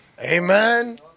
Amen